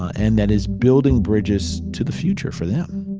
and that is building bridges to the future, for them.